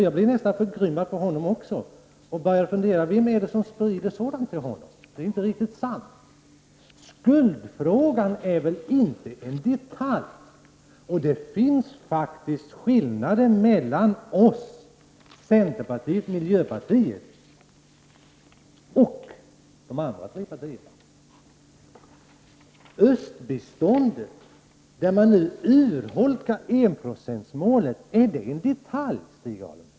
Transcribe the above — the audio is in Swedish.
Jag blev nästan förgrymmad på honom också och började fundera: Vem är det som sprider sådant till honom? Det är inte sant. Skuldfrågan är väl inte en detalj! Det finns faktiskt skillnader mellan vårt parti, centerpartiet, miljöpartiet och de övriga tre partierna. Östbiståndet, där man nu urholkar enprocentsmålet, är det en detalj, Stig Alemyr?